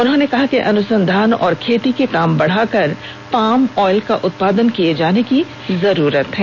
उन्होंने कहा कि अनुसंधान और खेती के काम बढ़ाकर पाम आयल का उत्पादन किये जाने की जरूरत है